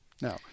now